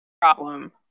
problem